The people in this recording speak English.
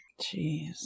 Jeez